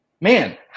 man